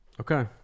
Okay